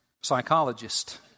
Psychologist